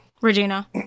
Regina